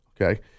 okay